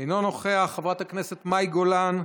אינו נוכח, חברת הכנסת מאי גולן,